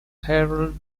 herald